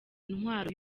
intwaro